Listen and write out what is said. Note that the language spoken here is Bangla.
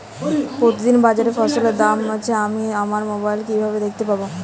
প্রতিদিন বাজারে ফসলের দাম আমি আমার মোবাইলে কিভাবে দেখতে পাব?